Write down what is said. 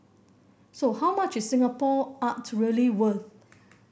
so how much is Singapore art really worth